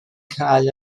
cau